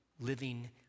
living